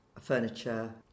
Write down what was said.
furniture